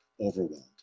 overwhelmed